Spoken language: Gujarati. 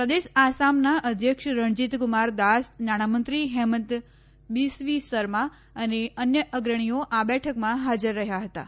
પ્રદેશ આસામનાં અધ્યક્ષ રણજીત કુમાર દાસ નાણાંમંત્રી હેમંત બીસ્વી શર્મા અને અન્ય અગ્રણીઓ આ બેઠકમાં હાજર રહ્યા હતાં